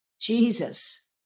Jesus